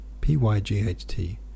P-Y-G-H-T